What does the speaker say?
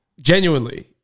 genuinely